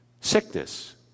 sickness